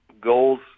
goals